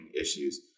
issues